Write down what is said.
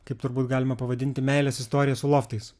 kaip turbūt galima pavadinti meilės istorija su loftais